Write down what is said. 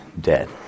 dead